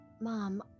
Mom